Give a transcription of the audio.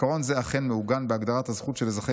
עיקרון זה אכן מעוגן בהגדרת הזכות של אזרחי